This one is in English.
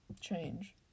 Change